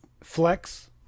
flex